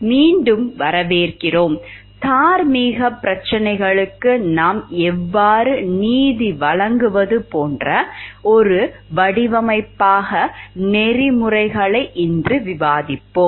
மீண்டும் வரவேற்கிறோம் தார்மீக பிரச்சனைகளுக்கு நாம் எவ்வாறு நீதி வழங்குவது போன்ற ஒரு வடிவமைப்பாக நெறிமுறைகளை இன்று விவாதிப்போம்